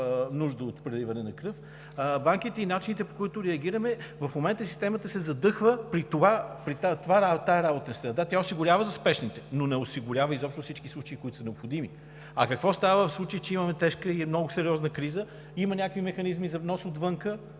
нуждата от преливане на кръв, банките и начините, по които реагираме, в момента системата се задъхва при тази среда. Да, тя осигурява за спешните случаи, но не осигурява изобщо във всички случаи, в които е необходимо. А какво става, в случай че имаме тежка и много сериозна криза? Има някакви механизми за внос отвън